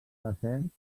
desert